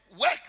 work